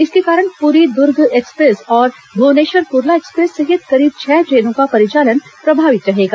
इसके कारण पुरी दूर्ग एक्सप्रेस और भुवनेश्वर कुर्ला एक्सप्रेस सहित करीब छह ट्रेनों का परिचालन प्रभावित रहेगा